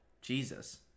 Jesus